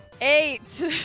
Eight